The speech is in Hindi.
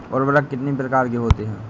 उर्वरक कितनी प्रकार के होते हैं?